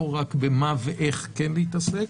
לא רק במה ואיך כן להתעסק,